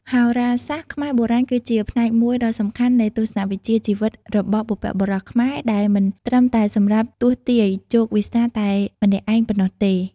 ហោរាសាស្ត្រខ្មែរបុរាណគឺជាផ្នែកមួយដ៏សំខាន់នៃទស្សនៈវិជ្ជាជីវិតរបស់បុព្វបុរសខ្មែរ ដែលមិនត្រឹមតែសម្រាប់ទស្សន៍ទាយជោគវាសនាតែម្នាក់ឯងប៉ុណ្ណោះទេ។